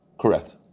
Correct